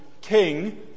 king